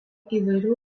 įvairių